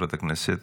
חברת הכנסת?